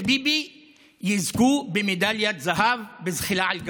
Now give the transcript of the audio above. ביבי יזכו במדליית זהב בזחילה על גחון.